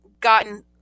gotten